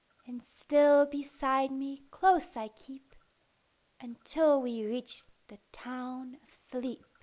and still beside me close i keep until we reach the town of sleep.